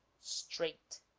straight